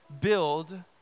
build